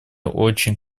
очень